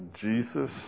Jesus